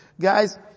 Guys